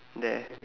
there